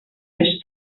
més